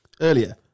earlier